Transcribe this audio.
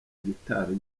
gitari